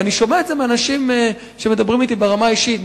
ואני שומע את זה מאנשים שמדברים אתי ברמה האישית,